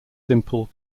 simple